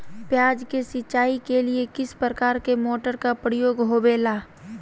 प्याज के सिंचाई के लिए किस प्रकार के मोटर का प्रयोग होवेला?